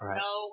no